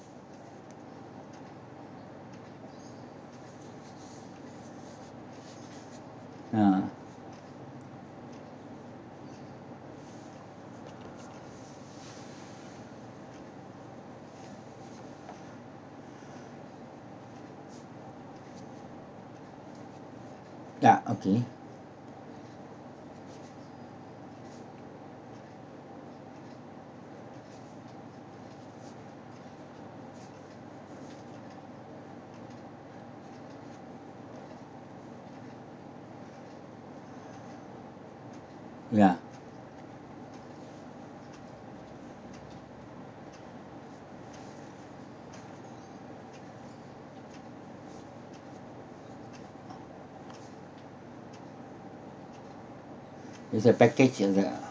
ah ya okay yeah it's a package in the